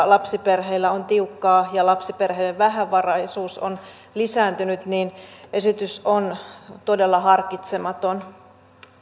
lapsiperheillä on tiukkaa ja lapsiperheiden vähävaraisuus on lisääntynyt esitys on todella harkitsematon